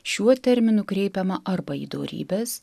šiuo terminu kreipiama arba į dorybes